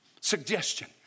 Suggestion